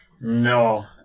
No